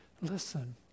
listen